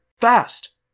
fast